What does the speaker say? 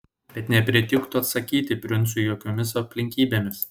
bet nepritiktų atsakyti princui jokiomis aplinkybėmis